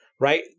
Right